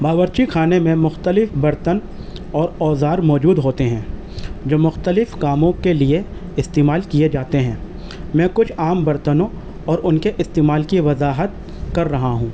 باورچی خانے میں مختلف برتن اور اوزار موجود ہوتے ہیں جو مختلف کاموں کے لیے استعمال کیے جاتے ہیں میں کچھ عام برتنوں اور ان کے استعمال کی وضاحت کر رہا ہوں